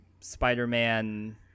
Spider-Man